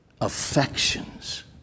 affections